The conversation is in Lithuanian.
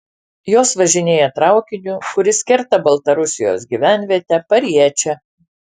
jos važinėja traukiniu kuris kerta baltarusijos gyvenvietę pariečę